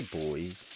boys